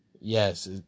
Yes